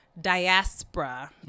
diaspora